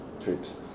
trips